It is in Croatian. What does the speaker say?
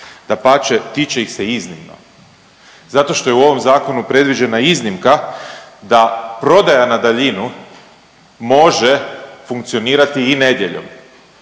Dapače, tiče ih se iznimno zato što je u ovom zakonu predviđena iznimka da prodaja na daljinu može funkcionirati i nedjeljom.